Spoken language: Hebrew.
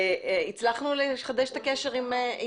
נמצא אתנו